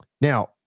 Now